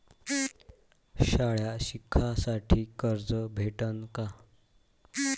शाळा शिकासाठी कर्ज भेटन का?